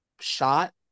shot